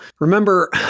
remember